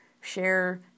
share